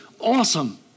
awesome